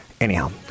anyhow